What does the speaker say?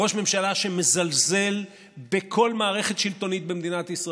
ראש ממשלה שמזלזל בכל מערכת שלטונית במדינת ישראל,